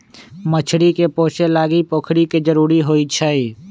मछरी पोशे लागी पोखरि के जरूरी होइ छै